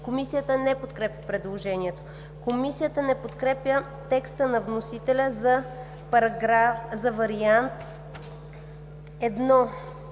Комисията не подкрепя предложението. Комисията не подкрепя текста на вносителя за Вариант I: „§ 35. В чл.